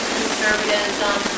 conservatism